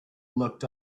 looked